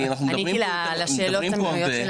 אנחנו מדברים פה הרבה,